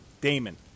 Damon